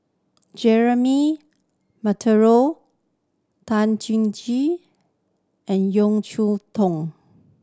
Jeremy Monteiro Tan and Cheow Tong